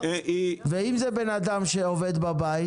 ואם זה אדם שעובד בבית?